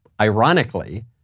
ironically